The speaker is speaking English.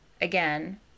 again